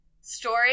story